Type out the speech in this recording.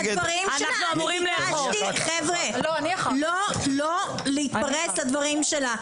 ביקשתי לא להתפרץ לדברים שלה.